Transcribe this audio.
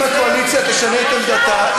אם הקואליציה תשנה את עמדתה,